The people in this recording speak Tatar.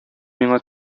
миңа